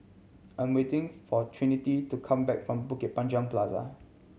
I'm waiting for Trinity to come back from Bukit Panjang Plaza